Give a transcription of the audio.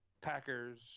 Packers